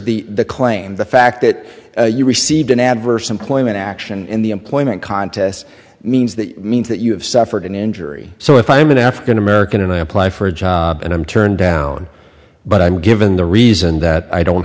triggers the claim the fact that you received an adverse employment action in the employment contests means that means that you have suffered an injury so if i'm an african american and i apply for a job and i'm turned down but i'm given the reason that i don't